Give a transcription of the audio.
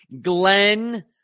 Glenn